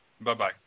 Bye-bye